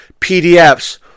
pdfs